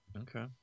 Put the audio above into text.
Okay